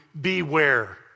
beware